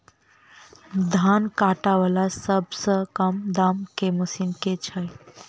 धान काटा वला सबसँ कम दाम केँ मशीन केँ छैय?